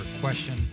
question